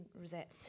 rosette